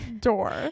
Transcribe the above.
door